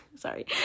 sorry